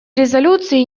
резолюции